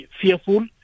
fearful